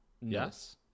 Yes